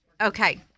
okay